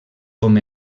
com